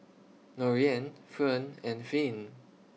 Lorean Fern and Finn